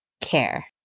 care